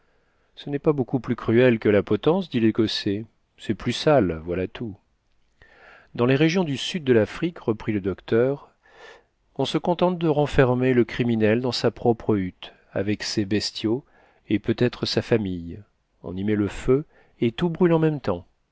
ce n'est pas beaucoup plus cruel que la potence dit l'écossais c'est plus sale voilà tout dans les régions du sud de l'afrique reprit le docteur on se contente de renfermer le criminel dans sa propre hutte avec ses bestiaux et peut-être sa famille on y met le feu et tout brûle en même temps